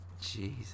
Jesus